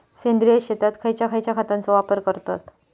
सेंद्रिय शेतात खयच्या खयच्या खतांचो वापर करतत?